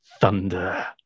Thunder